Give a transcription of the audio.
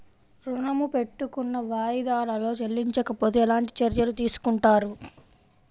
ఋణము పెట్టుకున్న వాయిదాలలో చెల్లించకపోతే ఎలాంటి చర్యలు తీసుకుంటారు?